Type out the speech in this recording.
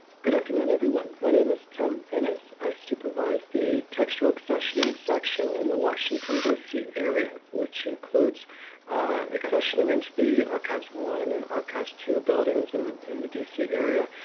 good afternoon, everyone. my name is tim enas. i supervise the textual accessioning section in the washington, d c. area, which includes accessioning into the archives one and archives two buildings and in the d c. area,